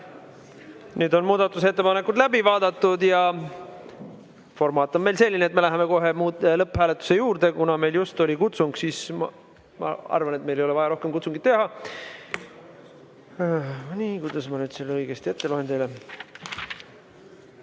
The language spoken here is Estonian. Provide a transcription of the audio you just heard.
toetust. Muudatusettepanekud on nüüd läbi vaadatud ja formaat on meil selline, et me läheme kohe lõpphääletuse juurde. Kuna meil just oli kutsung, siis ma arvan, et meil ei ole vaja rohkem kutsungit teha. Nii, kuidas ma nüüd selle õigesti ette loen teile?